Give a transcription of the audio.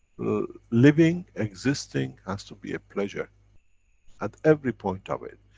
living, existing has to be a pleasure at every point of it,